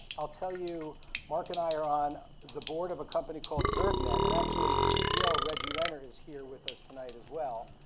i'll tell you mark and i are on the board of a company called zergnet. and actually, the ceo, reggie renner, is here with us tonight, as well.